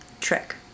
trick